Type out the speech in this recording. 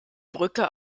brücke